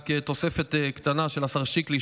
רק תוספת קטנה של השר שיקלי,